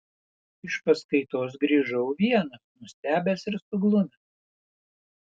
iš paskaitos grįžau vienas nustebęs ir suglumęs